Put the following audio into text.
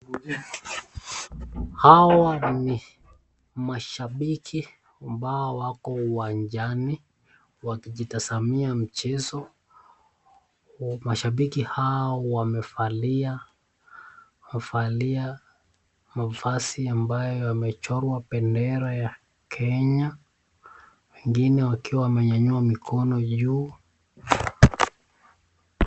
Hawa ni mashabiki ambao wako uwanjani wakijionea mchezo, mashabiki hawa wamevalia mavazi ambayo imechorwa bendera ya kenya wengine wakiwa wamenyanyua mikono juu.